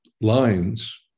lines